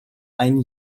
einen